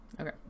Okay